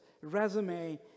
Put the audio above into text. resume